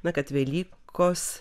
na kad velykos